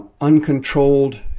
uncontrolled